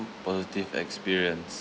positive experience